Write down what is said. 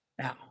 Now